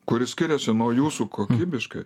kuri skiriasi nuo jūsų kokybiškai